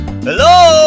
Hello